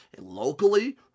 Locally